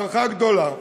הערכה גדולה.